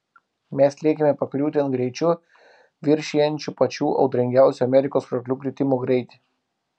mes lėkėme pakriūtėn greičiu viršijančiu pačių audringiausių amerikos krioklių kritimo greitį